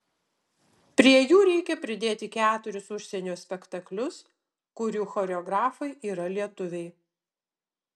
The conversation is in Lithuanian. prie jų reikia pridėti keturis užsienio spektaklius kurių choreografai yra lietuviai